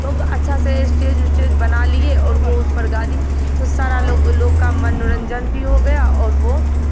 तो अच्छा से स्टेज उस्टेज बना लिये और वो उस पर गा दी तो सारा लोग लोग का मनोरंजन भी हो गया और वो